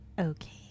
okay